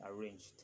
arranged